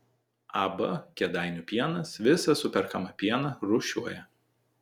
ab kėdainių pienas visą superkamą pieną rūšiuoja